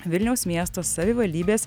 vilniaus miesto savivaldybės